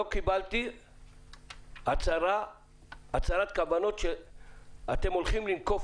לא קיבלתי הצהרת כוונות שאתם הולכים לנקוף